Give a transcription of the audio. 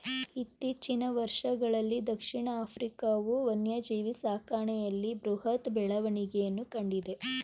ಇತ್ತೀಚಿನ ವರ್ಷಗಳಲ್ಲೀ ದಕ್ಷಿಣ ಆಫ್ರಿಕಾವು ವನ್ಯಜೀವಿ ಸಾಕಣೆಯಲ್ಲಿ ಬೃಹತ್ ಬೆಳವಣಿಗೆಯನ್ನು ಕಂಡಿದೆ